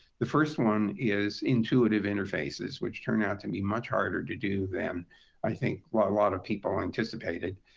the first one is intuitive interfaces, which turn out to be much harder to do then i think what a lot of people anticipated.